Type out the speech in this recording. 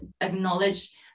acknowledge